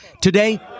Today